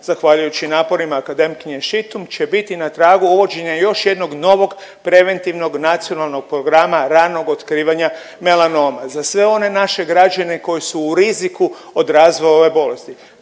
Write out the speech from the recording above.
zahvaljujući naporima akademkinje Šitum će biti na tragu uvođenja još jednog novog preventivnog nacionalnog programa ranog otkrivanja melanoma za sve one naše građane koji su u riziku od razvoja ove bolesti,